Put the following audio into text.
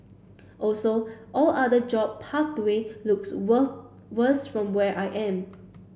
also all other job pathway looks were worse from where I am